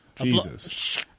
Jesus